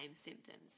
symptoms